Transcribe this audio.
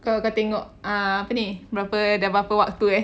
kau tengok ah apa ni dah berapa waktu eh